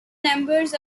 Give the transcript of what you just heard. numbers